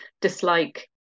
dislike